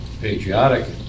patriotic